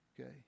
Okay